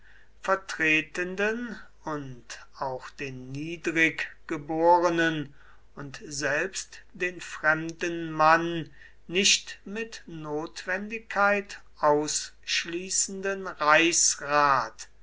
vertretenden und auch den niedrig geborenen und selbst den fremden mann nicht mit notwendigkeit ausschließenden reichsrat